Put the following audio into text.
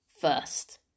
first